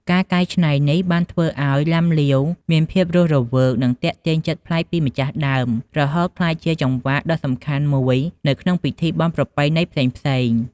ការកែច្នៃនេះបានធ្វើឲ្យ ឡាំលាវមានភាពរស់រវើក និងទាក់ទាញចិត្តប្លែកពីម្ចាស់ដើម រហូតក្លាយជាចង្វាក់ដ៏សំខាន់មួយនៅក្នុងពិធីបុណ្យប្រពៃណីផ្សេងៗ។